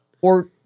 or-